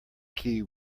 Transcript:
key